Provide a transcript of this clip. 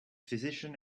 physician